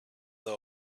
they